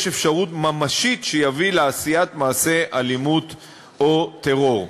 יש אפשרות ממשית שיביא לעשיית מעשה אלימות או טרור.